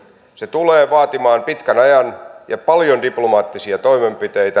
se tulee vaatimaan pitkän ajan ja paljon diplomaattisia toimenpiteitä